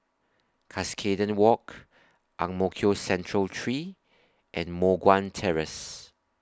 Cuscaden Walk Ang Mo Kio Central three and Moh Guan Terrace